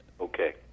okay